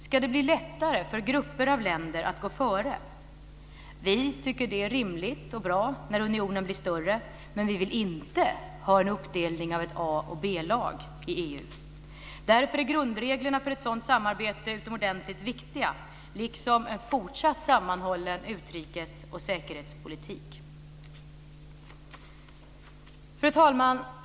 Ska det bli lättare för grupper av länder att gå före? Vi tycker att det är rimligt och bra när unionen blir större, men vi vill inte ha en uppdelning i ett A och ett B-lag i EU. Därför är grundreglerna för ett sådant samarbete utomordentligt viktiga, liksom en fortsatt sammanhållen utrikes och säkerhetspolitik. Fru talman!